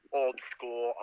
old-school